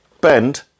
bend